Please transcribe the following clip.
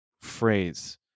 phrase